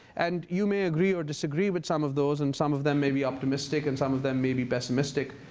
and you may agree or disagree with some of those, and some of them may be optimistic and some of them may be pessimistic.